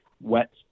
wet